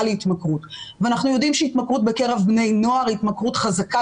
להתמכרות ואנחנו יודעים שהתמכרות בקרב בני נוער היא התמכרות חזקה